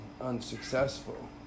unsuccessful